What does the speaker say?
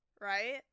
Right